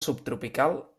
subtropical